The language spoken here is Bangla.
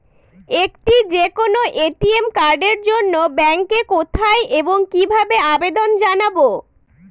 একটি যে কোনো এ.টি.এম কার্ডের জন্য ব্যাংকে কোথায় এবং কিভাবে আবেদন জানাব?